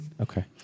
Okay